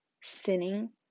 Sinning